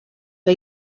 que